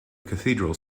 cathedral